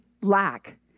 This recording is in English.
lack